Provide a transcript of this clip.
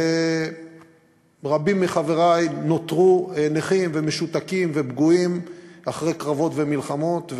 רבים מחברי נותרו נכים ומשותקים ופגועים אחרי קרבות ומלחמות,